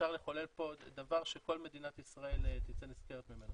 אפשר לחולל פה דבר שכל מדינת ישראל תצא נשכרת ממנו.